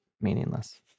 meaningless